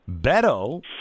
Beto